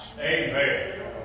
Amen